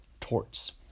torts